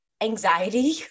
anxiety